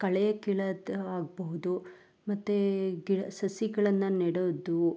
ಕಳೆ ಕೀಳೋದ್ ಆಗಬಹ್ದು ಮತ್ತು ಗಿಡ ಸಸಿಗಳನ್ನು ನೆಡೋದು